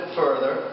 further